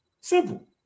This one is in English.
Simple